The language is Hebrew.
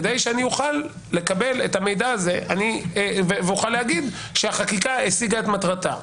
כדי שאני אוכל לקבל את המידע הזה ולהגיד שהחקיקה השיגה את מטרתה.